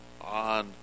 on